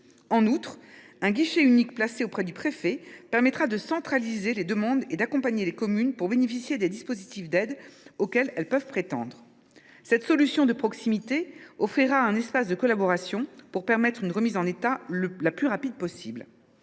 En outre, un guichet unique placé auprès du préfet permettra de centraliser les demandes et d’accompagner les communes pour bénéficier des dispositifs d’aides auxquels elles peuvent prétendre. Cette solution de proximité offrira un espace de collaboration pour permettre une remise en état la plus rapide possible.